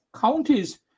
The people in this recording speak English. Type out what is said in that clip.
counties